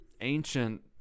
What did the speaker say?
ancient